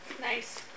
Nice